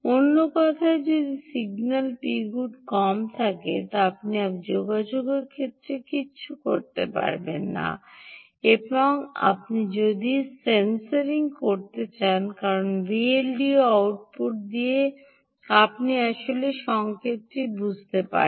অন্য কথায় যদি সিগন্যাল Pgood কম থাকে তবে আপনি যোগাযোগের ক্ষেত্রে কিছু করতে পারবেন না এবং যদিও আপনি সেন্সিং করতে পারেন কারণ Vldo আউটপুট দিয়ে আপনি আসলে সংকেতটি বুঝতে পারেন